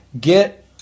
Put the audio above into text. Get